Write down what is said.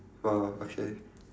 !wow! okay